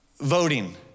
voting